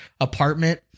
apartment